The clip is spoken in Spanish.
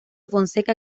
fonseca